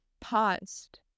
paused